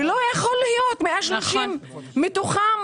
לא יכול להיות שיופיעו 130 עמותות שמתוכן